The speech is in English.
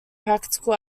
practical